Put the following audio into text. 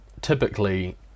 typically